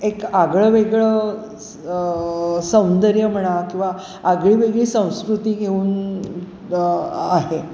एक आगळं वेगळं सौंदर्य म्हणा किंवा आगळी वेगळी संस्कृती घेऊन आहे